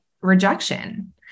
rejection